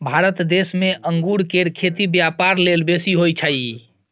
भारत देश में अंगूर केर खेती ब्यापार लेल बेसी होई छै